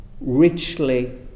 richly